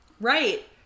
Right